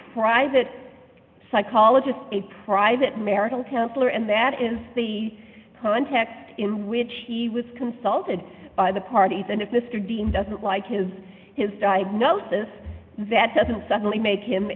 private psychologist a private marital counsellor and that is the context in which he was consulted by the parties and if mr dean doesn't like his his diagnosis that doesn't suddenly make him